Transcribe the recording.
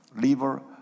liver